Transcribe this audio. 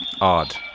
odd